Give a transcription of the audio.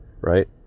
right